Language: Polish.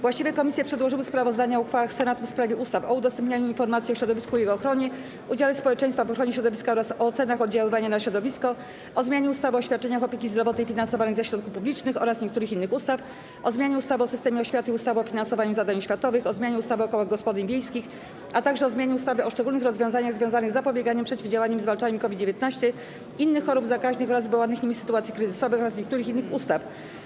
Właściwe komisje przedłożyły sprawozdania o uchwałach Senatu w sprawie ustaw: - o udostępnianiu informacji o środowisku i jego ochronie, udziale społeczeństwa w ochronie środowiska oraz o ocenach oddziaływania na środowisko, - o zmianie ustawy o świadczeniach opieki zdrowotnej finansowanych ze środków publicznych oraz niektórych innych ustaw, - o zmianie ustawy o systemie oświaty i ustawy o finansowaniu zadań oświatowych, - o zmianie ustawy o kołach gospodyń wiejskich, - o zmianie ustawy o szczególnych rozwiązaniach związanych z zapobieganiem, przeciwdziałaniem i zwalczaniem COVID-19, innych chorób zakaźnych oraz wywołanych nimi sytuacji kryzysowych oraz niektórych innych ustaw.